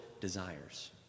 desires